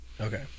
Okay